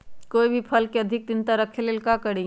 कोई भी फल के अधिक दिन तक रखे के लेल का करी?